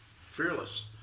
Fearless